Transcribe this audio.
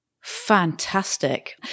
Fantastic